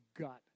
gut